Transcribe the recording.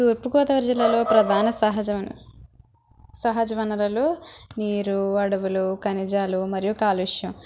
తూర్పు గోదావరి జిల్లాలో ప్రధాన సహజ వ సహజవనరలు నీరు అడవులు ఖనిజాలు మరియు కాలుష్యం